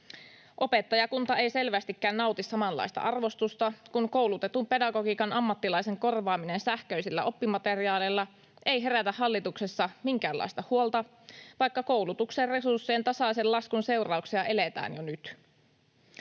Opettajakunta ei selvästikään nauti samanlaista arvostusta, kun koulutetun pedagogiikan ammattilaisen korvaaminen sähköisillä oppimateriaaleilla ei herätä hallituksessa minkäänlaista huolta, vaikka koulutuksen resurssien tasaisen laskun seurauksia eletään jo nyt.